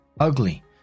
ugly